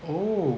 oo